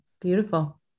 beautiful